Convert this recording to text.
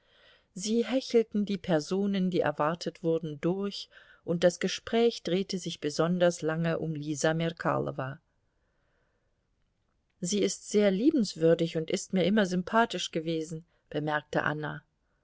sie hechelten die personen die erwartet wurden durch und das gespräch drehte sich besonders lange um lisa merkalowa sie ist sehr liebenswürdig und ist mir immer sympathisch gewesen bemerkte anna